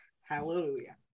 Hallelujah